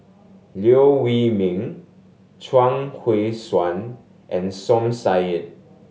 Liew Wee Mee Chuang Hui Tsuan and Som Said